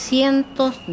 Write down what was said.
Cientos